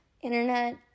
internet